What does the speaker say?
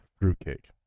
Fruitcake